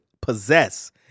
possess